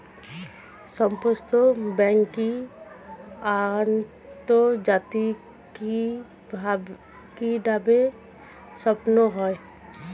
সমস্ত ব্যাংকিং আন্তর্জাতিকভাবে সম্পন্ন হয়